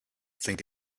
think